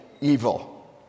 evil